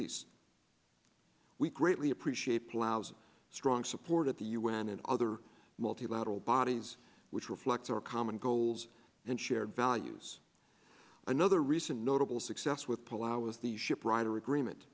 east we greatly appreciate ploughs strong support of the un and other multilateral bodies which reflects our common goals and shared values another recent notable success with pull out with the ship rider agreement